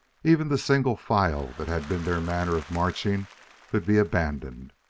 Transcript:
even the single file that had been their manner of marching could be abandoned,